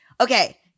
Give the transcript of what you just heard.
Okay